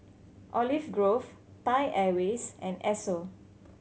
Olive Grove Thai Airways and Esso